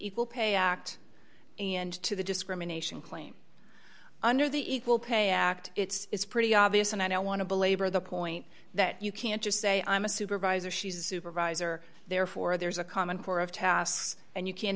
equal pay act and two dollars the discrimination claim under the equal pay act it's pretty obvious and i don't want to belabor the point that you can't just say i'm a supervisor she's a supervisor therefore there's a common core of tasks and you can't